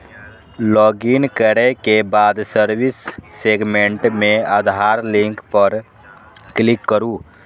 login करै के बाद सर्विस सेगमेंट मे आधार लिंक पर क्लिक करू